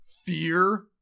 fear